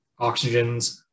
oxygens